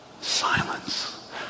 silence